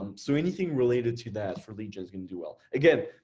and so anything related to that for legion is gonna do well. again,